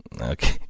Okay